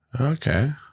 Okay